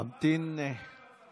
אבוטבול, מה אתה מצביע היום בכספים?